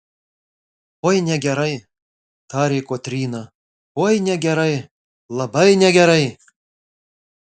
oi negerai tarė kotryna oi negerai labai negerai